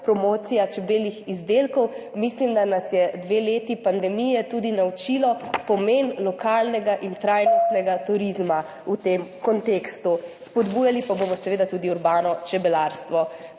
promocijo čebeljih izdelkov. Mislim, da nas je dve leti pandemije tudi naučilo pomena lokalnega in trajnostnega turizma v tem kontekstu. Spodbujali pa bomo seveda tudi urbano čebelarstvo.